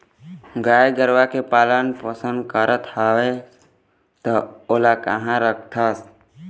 गाय गरुवा के पालन पोसन करत हवस त ओमन ल काँहा रखथस?